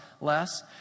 less